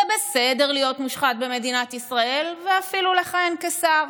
זה בסדר להיות מושחת במדינת ישראל ואפילו לכהן כשר.